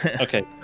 okay